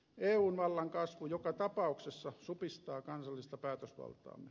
eun vallan kasvu joka tapauksessa supistaa kansallista päätösvaltaamme